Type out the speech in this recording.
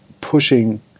pushing